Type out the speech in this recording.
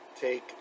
take